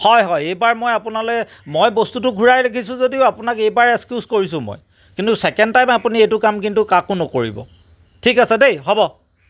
হয় হয় এইবাৰ মই আপোনালৈ মই বস্তুটো ঘূৰাই ৰাখিছোঁ যদিও আপোনাক এইবাৰ এচকিউচ কৰিছোঁ মই কিন্তু ছেকেণ্ড টাইম আপুনি এইটো কাম কিন্তু কাকো নকৰিব ঠিক আছে দেই হ'ব